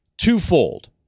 Twofold